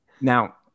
Now